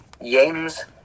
James